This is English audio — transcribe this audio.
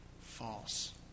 false